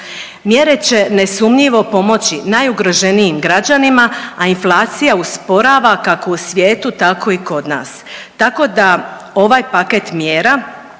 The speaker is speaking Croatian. Mjere će nesumnjivo pomoći najugroženijim građanima, a inflacija usporava kako u svijetu tako i kod nas. Tako da ovaj paket mjera